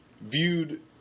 viewed